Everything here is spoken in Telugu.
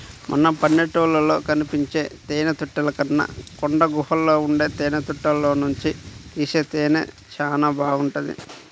మన పల్లెటూళ్ళలో కనిపించే తేనెతుట్టెల కన్నా కొండగుహల్లో ఉండే తేనెతుట్టెల్లోనుంచి తీసే తేనె చానా బాగుంటది